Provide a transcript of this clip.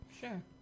Sure